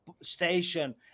station